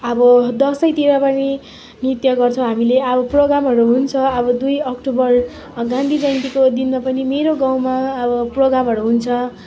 अब दसैँतिर पनि नृत्य गर्छौँ हामीले अब प्रोग्रामहरू हुन्छ अब दुई अक्टोबर गान्धी जयन्तीको दिनमा पनि मेरो गाउँमा अब प्रोगामहरू हुन्छ